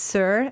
Sir